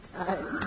time